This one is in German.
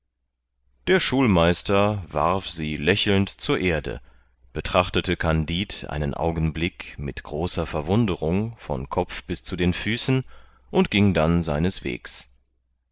der schulmeister warf sie lächelnd zur erde betrachtete kandid einen augenblick mit großer verwunderung vom kopf bis zu den füßen und ging dann seines wegs